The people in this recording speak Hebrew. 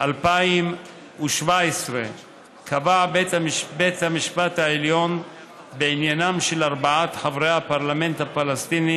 2017 קבע בית המשפט העליון בעניינם של ארבעת חברי הפרלמנט הפלסטיני,